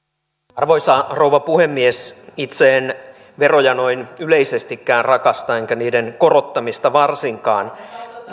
arvoisa rouva puhemies itse en veroja noin yleisestikään rakasta enkä niiden korottamista varsinkaan